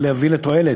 אלא יביא תועלת.